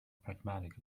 pragmatic